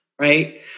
right